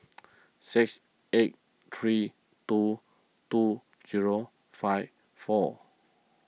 six eight three two two zero five four